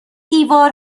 دیوار